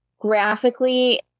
Graphically